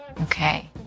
Okay